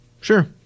Sure